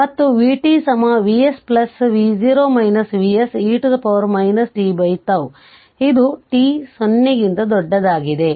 ಮತ್ತು v Vs e tτ ಇದು t 0 ಕ್ಕಿಂತ ದೊಡ್ಡದಾಗಿದೆ